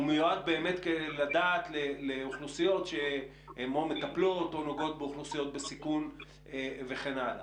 מיועד באמת לאוכלוסיות או מטפלות או נוגעות באוכלוסיות בסיכון וכן הלאה.